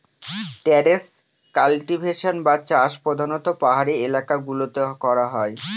terrace cultivation বা চাষ প্রধানত পাহাড়ি এলাকা গুলোতে করা হয়